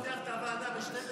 אתה פותח את הוועדה ב-12:00?